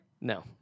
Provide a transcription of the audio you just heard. No